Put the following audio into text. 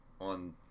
on